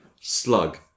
Slug